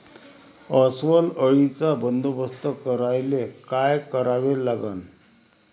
अस्वल अळीचा बंदोबस्त करायले काय करावे लागन?